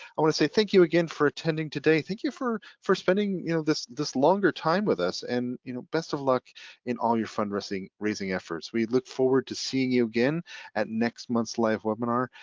i wanna say thank you again for attending today, thank you for for spending you know this this longer time with us and you know best of luck in all your fundraising efforts. we look forward to seeing you again at next month's live webinar.